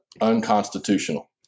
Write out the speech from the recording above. unconstitutional